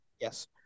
Yes